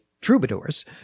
troubadours